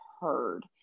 heard